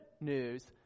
news